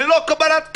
ללא קבלת קהל.